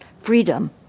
Freedom